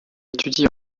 étudie